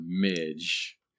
Midge